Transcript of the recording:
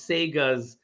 Sega's